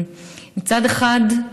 מצד אחד,